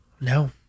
No